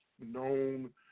known